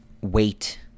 wait